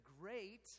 Great